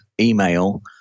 email